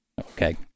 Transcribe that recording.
Okay